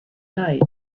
night